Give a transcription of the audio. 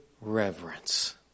reverence